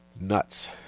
Nuts